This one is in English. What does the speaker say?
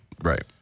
Right